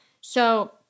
So-